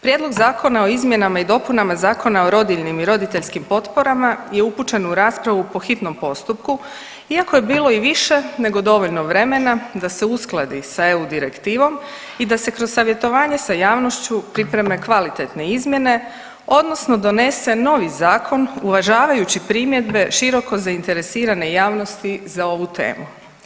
Prijedlog zakona o izmjenama i dopunama Zakona o rodiljnim i roditeljskim potporama je upućen u raspravu po hitnom postupku iako je bilo i više nego dovoljno vremena da se uskladi sa eu direktivom i da se kroz savjetovanje sa javnošću pripreme kvalitetne izmjene odnosno donese novi zakon uvažavajući primjedbe široko zainteresirane javnosti za ovu temu.